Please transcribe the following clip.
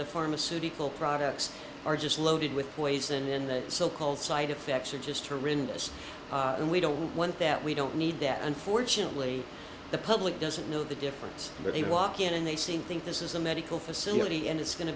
the pharmaceutical products are just loaded with poison in the so called side effects are just arenas and we don't want that we don't need that unfortunately the public doesn't know the difference but they walk in and they seem think this is a medical facility and it's going to